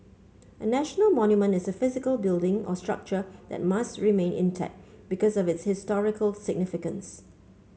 a national monument is a physical building or structure that must remain intact because of its historical significance